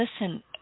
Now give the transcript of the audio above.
Listen